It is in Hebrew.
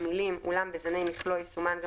המילים "אולם בזני מכלוא יסומן גם